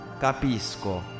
Capisco